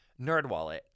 NerdWallet